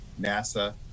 NASA